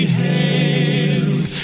hailed